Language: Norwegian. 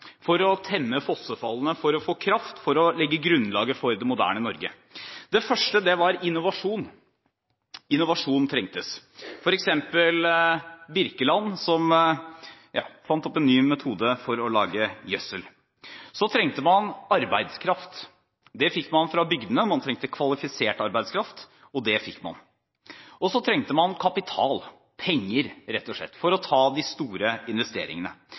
for å temme fossefallene for å få kraft og for å legge grunnlaget for det moderne Norge: Det første var innovasjon. Innovasjon trengtes, som f.eks. Birkeland, som fant opp en ny metode for å lage gjødsel. Så trengte man arbeidskraft. Det fikk man fra bygdene. Man trengte kvalifisert arbeidskraft, og det fikk man. Og så trengte man kapital – penger, rett og slett – for å ta de store investeringene.